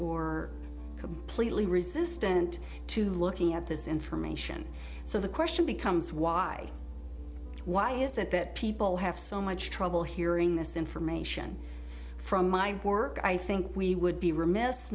or completely resistant to looking at this information so the question becomes why why is it that people have so much trouble hearing this information from my work i think we would be remiss